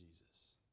Jesus